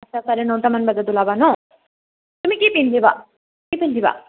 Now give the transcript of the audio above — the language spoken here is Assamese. আচ্ছা চাৰে নটামান বজাত ওলাবা নহ্ তুমি কি পিন্ধিবা কি পিন্ধিবা